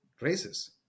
races